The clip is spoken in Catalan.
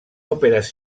òperes